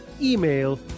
email